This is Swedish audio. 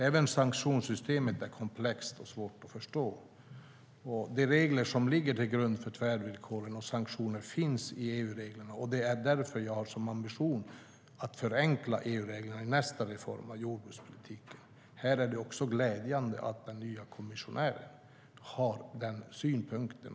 Även sanktionssystemet är komplext och svårt att förstå. De regler som ligger till grund för tvärvillkoren och sanktioner finns i EU-reglerna. Det är därför som jag har som ambition att förenkla EU-reglerna i nästa reform av jordbrukspolitiken. Här är det också glädjande att den nya kommissionären har denna synpunkt.